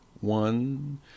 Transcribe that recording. one